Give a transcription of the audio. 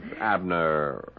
Abner